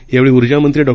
यावेळीऊर्जामंत्रीडॉ